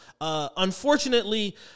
Unfortunately